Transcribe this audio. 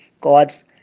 God's